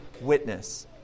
witness